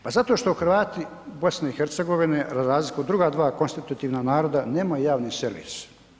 Pa zato što Hrvati BiH za razliku od druga dva konstitutivna naroda nema javni servis.